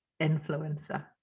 influencer